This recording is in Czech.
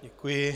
Děkuji.